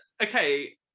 okay